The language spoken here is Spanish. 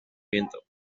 viento